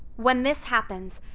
when this happens,